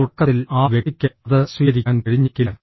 തുടക്കത്തിൽ ആ വ്യക്തിക്ക് അത് സ്വീകരിക്കാൻ കഴിഞ്ഞേക്കില്ല